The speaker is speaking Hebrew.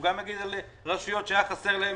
הוא גם יגיד על רשויות שהיה חסר להן